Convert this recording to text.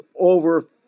over